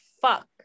fuck